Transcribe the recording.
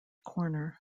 corner